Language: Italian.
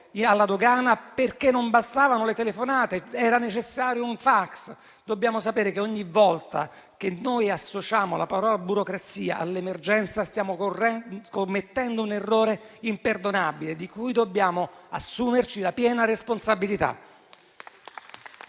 alla dogana perché non bastavano le telefonate ma era necessario un fax. Dobbiamo sapere che ogni volta che noi associamo la parola burocrazia all'emergenza stiamo commettendo un errore imperdonabile di cui dobbiamo assumerci la piena responsabilità.